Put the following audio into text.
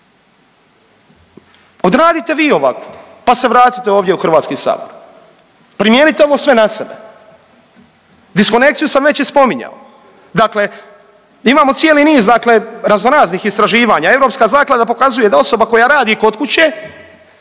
Odradite vi ovako pa se vratite ovdje u HS. Primijenite ovo sve na sebe. Diskonekciju sam već i spominjao. Dakle, imamo cijeli niz dakle raznoraznih istraživanja, europska zaklada pokazuje da osoba koja radi kod kuće,